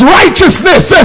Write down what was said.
righteousness